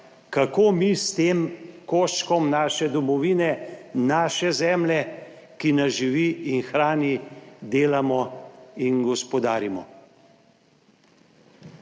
kako mi s tem koščkom naše domovine, naše zemlje, ki nas živi in hrani, delamo in gospodarimo.